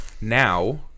Now